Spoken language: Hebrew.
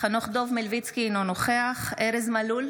חנוך דב מלביצקי, אינו נוכח ארז מלול,